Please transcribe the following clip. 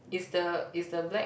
is the is the black